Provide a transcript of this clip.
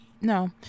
no